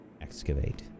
excavate